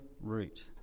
route